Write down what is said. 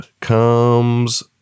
comes